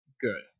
good